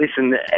Listen